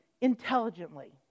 intelligently